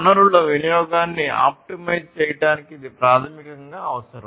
వనరుల వినియోగాన్ని ఆప్టిమైజ్ చేయడానికి ఇది ప్రాథమికంగా అవసరం